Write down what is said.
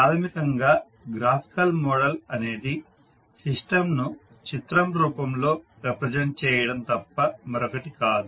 ప్రాథమికంగా graphical model అనేది system ను చిత్రం రూపంలో రిప్రజెంట్ చేయడం తప్ప మరొకటి కాదు